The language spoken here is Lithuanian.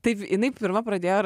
taip jinai pirma pradėjo